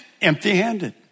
empty-handed